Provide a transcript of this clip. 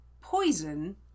poison